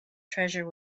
treasure